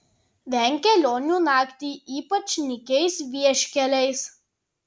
venk kelionių naktį ypač nykiais vieškeliais